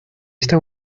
esta